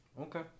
Okay